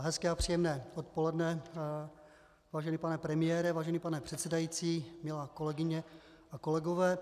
Hezké a příjemné odpoledne, vážený pane premiére, vážený pane předsedající, milé kolegyně, milí kolegové.